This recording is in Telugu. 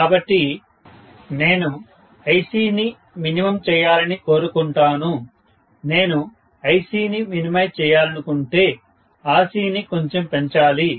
కాబట్టి నేను IC ని మినిమమ్ చేయాలని కోరుకుంటాను నేను ICని మినిమైజ్ చేయాలనుకుంటే RC ని కొంచెం పెంచాలి